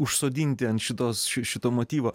užsodinti ant šitos šito motyvo